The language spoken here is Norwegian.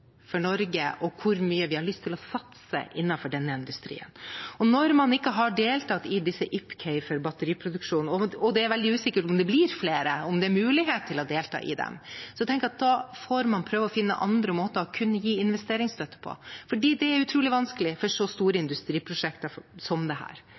for Norge, mål for hvor mye vi har lyst til å satse innenfor denne industrien. Når man ikke har deltatt i IPCEI for batteriproduksjonen – og det er veldig usikkert om det blir flere, om det er mulighet til å delta i det – tenker jeg at man får prøve å finne andre måter å kunne gi investeringsstøtte på, for det er utrolig vanskelig for så store